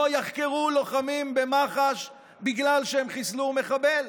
לא יחקרו לוחמים במח"ש בגלל שהם חיסלו מחבל.